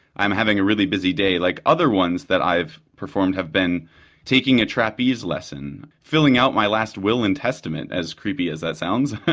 i'm having a really busy day, like other ones that i've performed have been taking a trapeze lesson, filling out my last will and testament as creepy as that sounds,